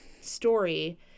story